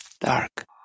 dark